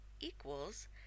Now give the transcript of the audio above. equals